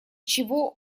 чего